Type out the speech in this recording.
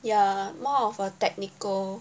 ya more of a technical